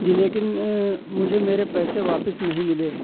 جی لیکن مجھے میرے پیسے واپس نہیں ملے ہے